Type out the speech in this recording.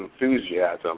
enthusiasm